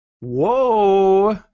Whoa